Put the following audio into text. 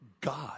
God